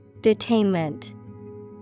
Detainment